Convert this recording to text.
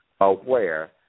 aware